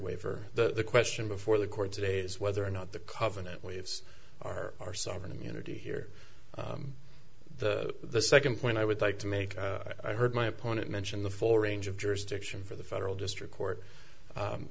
waiver the question before the court today is whether or not the covenant waves are our sovereign immunity here the second point i would like to make i heard my opponent mention the full range of jurisdiction for the federal district court